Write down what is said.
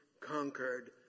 conquered